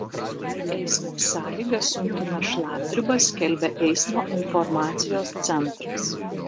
eismo sąlygas sunkina šlapdriba skelbia eismo informacijos centras